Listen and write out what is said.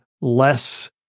less